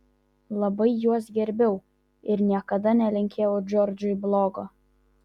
labai juos gerbiau ir niekada nelinkėjau džordžui blogo